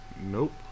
nope